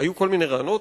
היו כל מיני רעיונות.